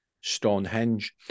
Stonehenge